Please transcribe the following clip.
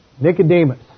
Nicodemus